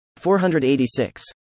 486